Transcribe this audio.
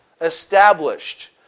established